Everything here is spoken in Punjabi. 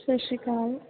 ਸਤਿ ਸ਼੍ਰੀ ਅਕਾਲ